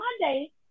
Monday